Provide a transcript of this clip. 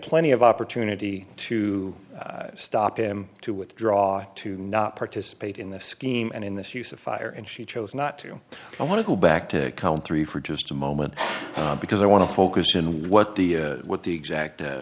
plenty of opportunity to stop him to withdraw to participate in the scheme and in this use of fire and she chose not to i want to go back to count three for just a moment because i want to focus on what the what the exact